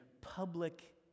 public